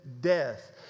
death